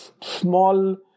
small